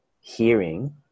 hearing